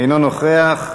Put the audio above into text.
אינו נוכח.